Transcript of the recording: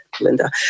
Linda